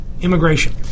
immigration